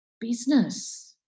business